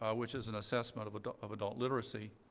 ah which is an assessment of adult of adult literacy,